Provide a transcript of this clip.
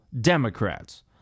Democrats